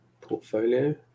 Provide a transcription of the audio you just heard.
portfolio